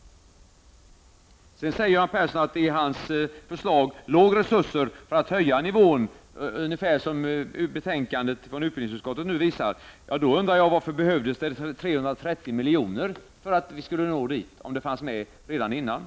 Göran Persson säger att det i hans förslag fanns resurser för att kunna höja nivån, vilket betänkandet från utbildningsutskottet ungefär nu visar. Om det fanns med redan från början undrar jag varför vi då behövde 330 miljoner för att nå dit.